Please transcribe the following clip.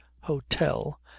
hotel